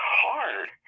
hard